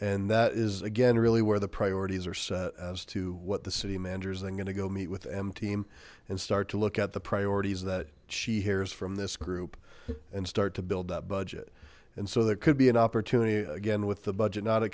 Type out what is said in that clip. and that is again really where the priorities are set as to what the city manager is i'm gonna go meet with em team and start to look at the priorities that she hears from this group and start to build that budget and so there could be an opportunity again with the budget not a